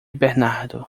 bernardo